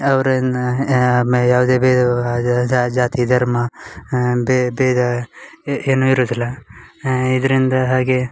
ಅವ್ರೇನು ಯಾಮೇ ಯಾವುದೇ ಭೇದ ಭಾವ ಅದು ಜಾತಿ ಧರ್ಮ ಭೇದ ಏನೂ ಇರುವುದಿಲ್ಲ ಇದರಿಂದ ಹಾಗೆ